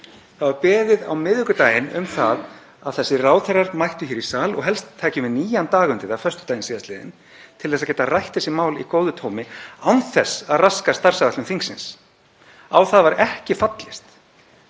Það var beðið um það á miðvikudaginn að þessir ráðherrar mættu hér í sal, og helst tækjum við nýjan dag undir það, föstudaginn síðastliðinn, til að geta rætt þessi mál í góðu tómi án þess að raska starfsáætlun þingsins. Á það var ekki fallist.